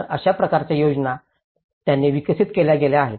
तर अशा प्रकारच्या योजना त्यांनी विकसित केल्या आहेत